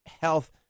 health